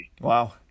Wow